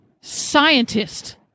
scientist